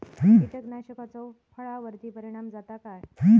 कीटकनाशकाचो फळावर्ती परिणाम जाता काय?